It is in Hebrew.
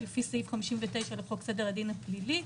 לפי סעיף 59 לחוק סדר הדין הפלילי,